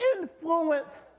influence